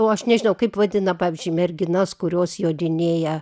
o aš nežinau kaip vadina pavyzdžiui merginas kurios jodinėja